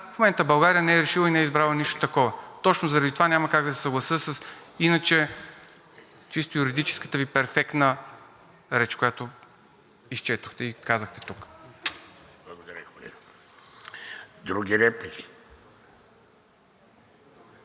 В момента България не е решила и не е избрала нищо такова. Точно заради това няма как да се съглася с иначе чисто юридическата Ви перфектна реч, която изчетохте и казахте тук. ПРЕДСЕДАТЕЛ ВЕЖДИ